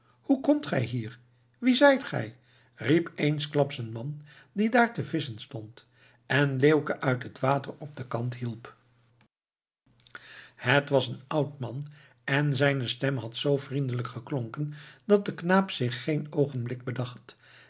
hoe komt gij hier wie zijt gij riep eensklaps een man die daar te visschen stond en leeuwke uit het water op den kant hielp het was een oud man en zijne stem had zoo vriendelijk geklonken dat de knaap zich geen oogenblik bedacht